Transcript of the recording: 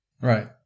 Right